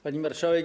Pani Marszałek!